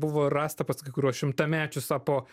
buvo rasta pas kai kuriuos šimtamečius apo